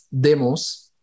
demos